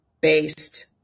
Based